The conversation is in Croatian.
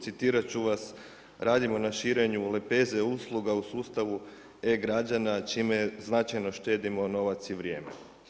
Citirat ću vas, radimo na širenju lepeza usluga u sustavu e-građana čime značajno štedimo novac i vrijeme.